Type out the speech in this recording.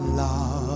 love